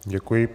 Děkuji.